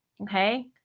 okay